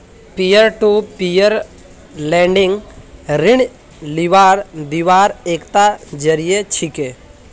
peer to peer lending ऋण लीबार दिबार एकता जरिया छिके